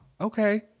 okay